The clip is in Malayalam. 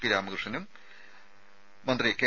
പി രാമകൃഷ്ണനും മന്ത്രി കെ